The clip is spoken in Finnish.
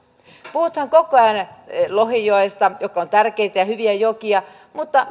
puhutaan koko ajan lohijoista jotka ovat tärkeitä ja hyviä jokia mutta